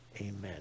Amen